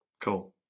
Cool